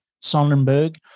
Sonnenberg